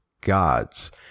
gods